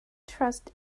trust